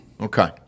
Okay